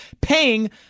paying